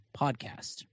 podcast